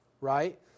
right